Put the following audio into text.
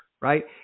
right